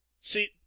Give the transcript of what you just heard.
See